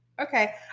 Okay